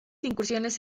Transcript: incursiones